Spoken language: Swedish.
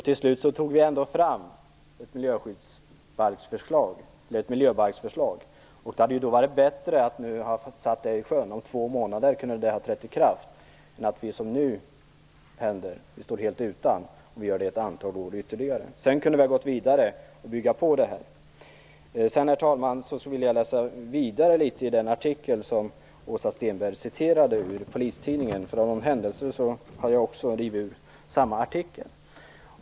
Till sist tog vi ändå fram ett miljöbalksförslag. Det hade varit bättre att ha fått sätta det i sjön, eftersom miljöbalken då kunde ha trätt i kraft om två månader, än att som nu stå utan miljöbalk ett ytterligare antal år. Sedan hade vi kunnat gå vidare och bygga på den miljöbalken. Sedan vill jag läsa vidare i den artikel i tidningen Svensk Polis som Åsa Stenberg citerade ur. Som av en händelse har jag också rivit ut samma artikel.